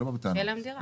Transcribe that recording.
שיהיה להם דירה.